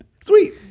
Sweet